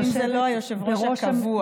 אם זה לא היושב-ראש הקבוע.